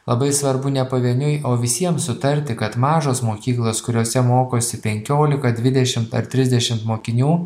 labai svarbu ne pavieniui o visiems sutarti kad mažos mokyklos kuriose mokosi penkiolika dvidešimt ar trisdešimt mokinių